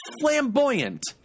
flamboyant